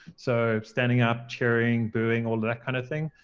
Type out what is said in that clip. so standing up, cheering, booing, all that kind of thing.